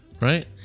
Right